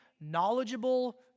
knowledgeable